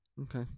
Okay